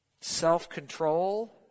Self-control